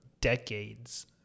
decades